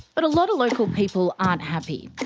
but a lot of local people aren't happy, but